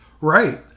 Right